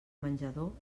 menjador